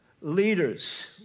leaders